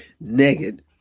naked